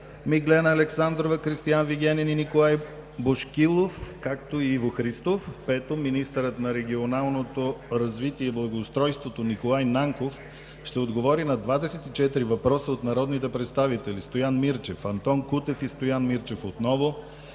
Миглена Александрова; Кристиан Вигенин и Николай Бошкилов; и Иво Христов. 5. Министърът на регионалното развитие и благоустройството Николай Нанков ще отговори на 24 въпроса от народните представители Стоян Мирчев; Антон Кутев и Стоян Мирчев; Иван